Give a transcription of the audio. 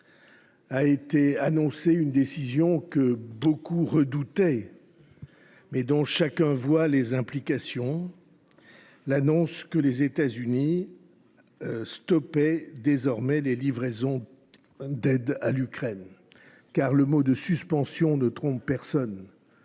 a été annoncée une décision que beaucoup redoutaient, mais dont chacun voit les implications : l’annonce selon laquelle les États Unis stoppaient désormais les livraisons d’aide à l’Ukraine. Car le mot « suspension » ne trompe personne